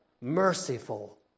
merciful